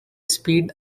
speed